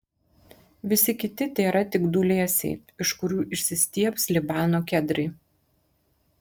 visi kiti tėra tik dūlėsiai iš kurių išsistiebs libano kedrai